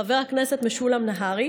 חבר הכנסת משולם נהרי,